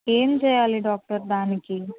ఏం చేయాలి డాక్టర్ దానికి